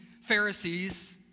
Pharisees